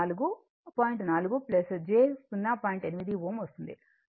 4 j 0